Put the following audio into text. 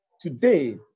today